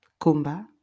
Kumba